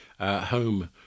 home